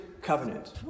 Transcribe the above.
Covenant